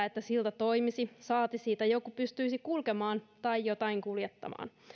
että silta toimisi saati siitä joku pystyisi kulkemaan tai jotain kuljettamaan